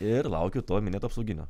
ir laukiu to minėto apsauginio